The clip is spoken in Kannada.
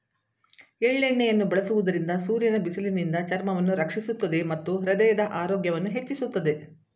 ಎಳ್ಳೆಣ್ಣೆಯನ್ನು ಬಳಸುವುದರಿಂದ ಸೂರ್ಯನ ಬಿಸಿಲಿನಿಂದ ಚರ್ಮವನ್ನು ರಕ್ಷಿಸುತ್ತದೆ ಮತ್ತು ಹೃದಯದ ಆರೋಗ್ಯವನ್ನು ಹೆಚ್ಚಿಸುತ್ತದೆ